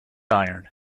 iron